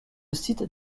site